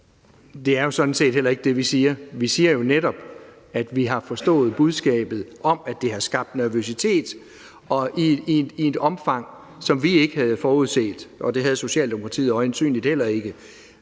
Det er jo sådan set heller ikke det, vi siger. Vi siger jo netop, at vi har forstået budskabet om, at det har skabt nervøsitet – og i et omfang, som vi ikke havde forudset, og det havde Socialdemokratiet øjensynligt heller ikke.